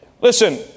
Listen